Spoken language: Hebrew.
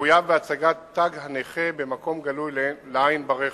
מחויב בהצגת תג הנכה במקום גלוי לעין ברכב.